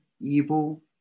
evil